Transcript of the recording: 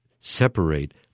separate